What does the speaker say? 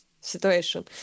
situation